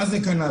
מה זה קנאביס,